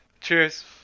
Cheers